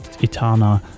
Itana